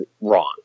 wrong